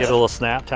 little snap.